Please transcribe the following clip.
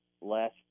less